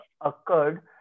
occurred